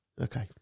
Okay